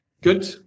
good